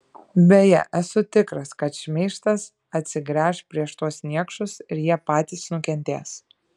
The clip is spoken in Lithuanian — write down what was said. beje esu tikras kad šmeižtas atsigręš prieš tuos niekšus ir jie patys nukentės